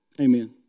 Amen